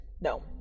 No